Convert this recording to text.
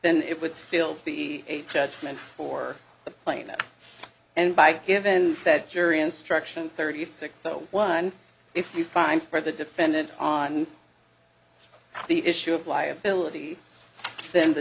then it would still be a judgment for the plane that and by given that jury instruction thirty six zero one if you find for the defendant on the issue of liability